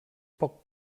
poc